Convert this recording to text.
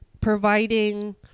Providing